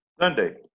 Sunday